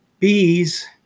Bees